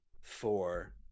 four